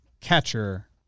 catcher